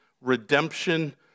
Redemption